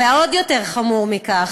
ועוד יותר חמור מכך,